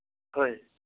ꯍꯣꯏ